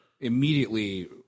immediately